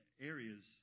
areas